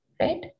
right